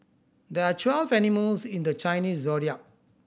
there are twelve animals in the Chinese Zodiac